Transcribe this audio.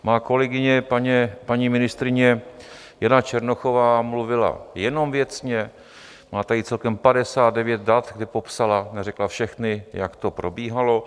Moje kolegyně paní ministryně Jana Černochová mluvila jenom věcně, má tady celkem 59 dat, kde popsala, neřekla všechna, jak to probíhalo.